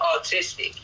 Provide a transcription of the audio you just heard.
autistic